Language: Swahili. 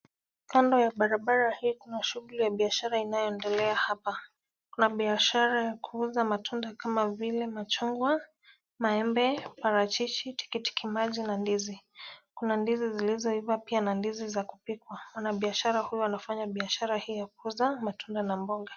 Kando ya barabara hii kuna shughuli ya biashara inayoendelea hapa. Kuna biashara ya kuuza matunda kama vile machungwa, maembe, parachichi, tikiti maji na ndizi. Kuna ndizi zilizoiva pia na ndizi za kupikwa. Wanabiashara hawa wanafanya biashara hii ya kuuza matunda na mboga.